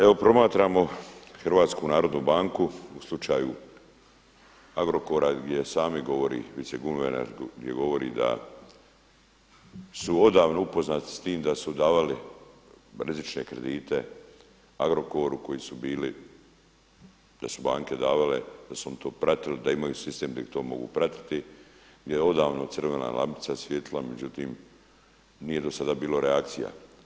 Evo promatramo HNB u slučaju Agrokora gdje sam govori viceguverner gdje govori da su odavno upoznati s tim, da su davali rizične kredite Agrokoru koji su bili, da su banke davale, da su oni to pratili, da imaju sistem gdje oni to mogu pratiti gdje je odavno crvena lampica svijetlila međutim nije do sada bilo reakcija.